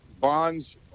bonds